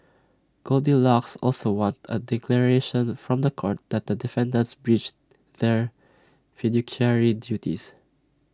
goldilocks also wants A declaration from The Court that the defendants breached their fiduciary duties